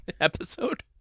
episode